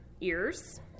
ears